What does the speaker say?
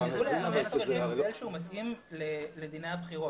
הם ידעו להיערך בהתאם למתווה לדיני הבחירות.